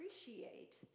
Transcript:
appreciate